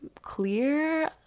clear